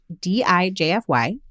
D-I-J-F-Y